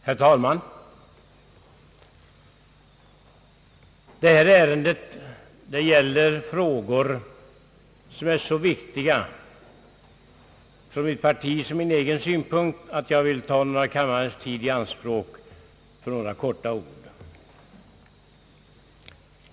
Herr talman! Detta ärende gäller frågor som är så viktiga såväl ur mitt partis som ur min egen synpunkt att jag vill ta kammarens tid i anspråk för några få ord.